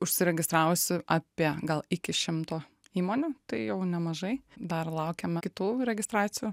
užsiregistravusių apie gal iki šimto įmonių tai jau nemažai dar laukiame kitų registracijų